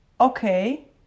okay